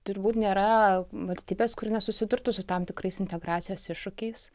turbūt nėra valstybės kuri nesusidurtų su tam tikrais integracijos iššūkiais